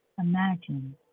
Imagine